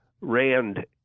Rand